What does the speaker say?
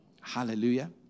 Hallelujah